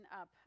up